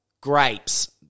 grapes